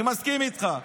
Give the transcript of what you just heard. אני מסכים איתך.